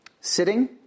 Sitting